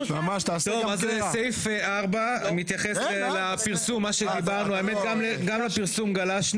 כל אחד בארגון מקבל את הפקודות לדואר האישי